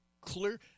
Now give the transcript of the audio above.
clear